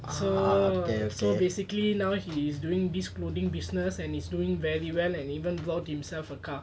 so so basically now he is doing this clothing business and he is doing very well and even bought himself a car